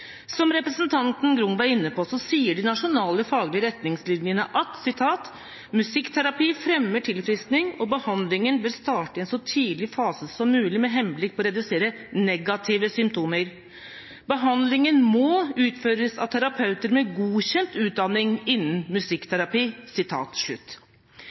Som representanten Grung var inne på, sier de nasjonale faglige retningslinjene: «Musikkterapi fremmer tilfriskning, og behandlingen bør starte i en så tidlig fase som mulig med henblikk på å redusere negative symptomer. Behandlingen må utføres av terapeuter med godkjent utdanning innen musikkterapi.»